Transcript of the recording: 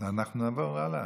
נעבור הלאה.